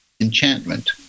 Enchantment